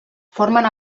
formen